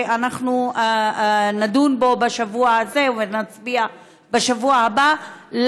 שאנחנו נדון בו בשבוע הזה ונצביע בשבוע הבא,